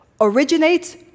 originates